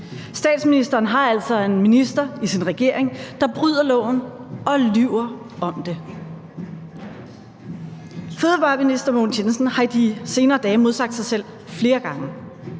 Statsminsteren har altså en minister i sin regering, der bryder loven og lyver om det. Fødevareminister Mogens Jensen har i de senere dage modsagt sig selv flere gange.